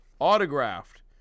Autographed